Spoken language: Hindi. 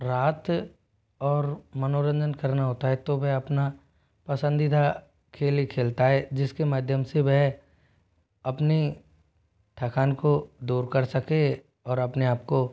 राहत और मनोरंजन करना होता है तो वह अपना पसंदीदा खेल ही खेलता है जिसके माध्यम से वह अपनी थकान को दूर कर सके और अपने आप को